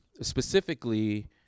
specifically